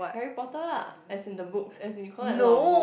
Harry Potter ah as in the books as in you collect a lot of book